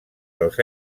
dels